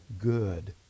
good